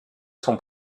son